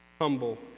humble